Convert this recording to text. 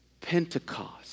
Pentecost